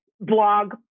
blog